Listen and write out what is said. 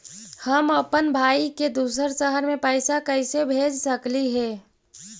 हम अप्पन भाई के दूसर शहर में पैसा कैसे भेज सकली हे?